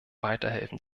weiterhelfen